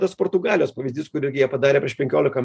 tas portugalijos pavyzdys jie padarė prieš penkiolika